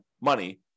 money